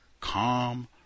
calm